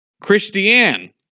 Christiane